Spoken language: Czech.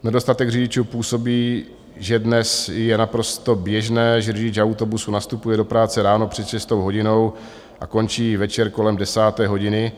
Nedostatek řidičů působí, že dnes je naprosto běžné, že řidič autobusu nastupuje do práce ráno před šestou hodinou a končí večer kolem desáté hodiny.